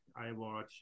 iWatch